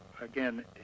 again